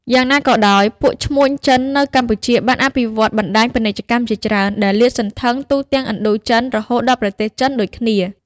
យ៉ាងណាក៏ដោយ ពួកឈ្មួញចិននៅកម្ពុជាបានអភិវឌ្ឍបណ្តាញពាណិជ្ជកម្មជាច្រើន ដែលលាតសន្ធឹងទូទាំងឥណ្ឌូចិនរហូតដល់ប្រទេសចិនដូចគ្នា ។